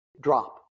drop